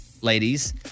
ladies